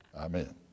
amen